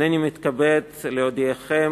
הנני מתכבד להודיעכם,